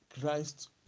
Christ